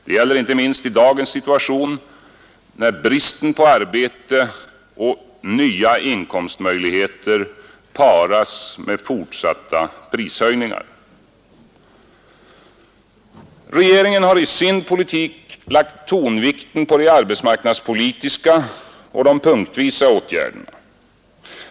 Det gäller inte minst i dagens situation, när bristen på arbete och nya inkomstmöjligheter paras med fortsatta prishöjningar. Regeringen har i sin politik lagt tonvikten på de arbetsmarknadspolitiska och de punktvisa åtgärderna.